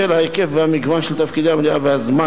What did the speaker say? בשל ההיקף והמגוון של תפקידי המליאה והזמן